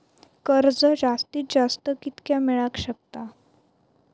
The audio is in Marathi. कर्ज जास्तीत जास्त कितक्या मेळाक शकता?